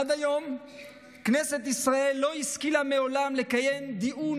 עד היום כנסת ישראל לא השכילה מעולם לקיים דיון